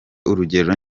urugero